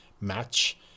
match